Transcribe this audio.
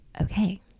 okay